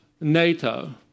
NATO